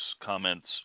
comments